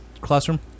Classroom